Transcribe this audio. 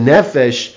Nefesh